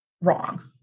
wrong